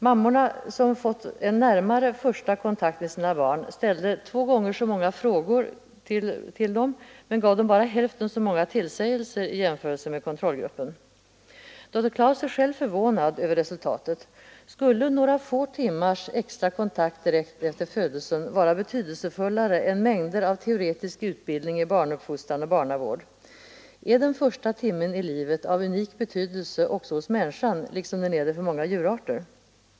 Mammorna som fått en närmare första kontakt med sina barn ställde två gånger så många frågor till barnen men gav dem bara hälften så många tillsägelser i jämförelse med kontrollgruppen. Doktor Klaus är själv förvånad över resultatet. Skulle några få timmars extra kontakt direkt efter födelsen vara betydelsefullare än mängder av teoretisk utbildning i barnuppfostran och barnavård? Är den första timmen i livet av unik betydelse också hos människan, liksom den är det för många djurarter?